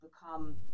become